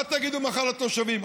מה תגידו מחר לתושבים?